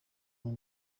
muri